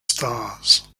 stars